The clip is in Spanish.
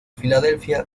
filadelfia